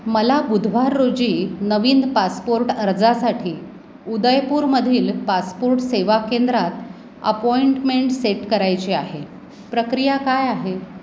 मला बुधवार रोजी नवीन पासपोर्ट अर्जासाठी उदयपूरमधील पासपोर्ट सेवा केंद्रात अपॉइंटमेंट सेट करायची आहे प्रक्रिया काय आहे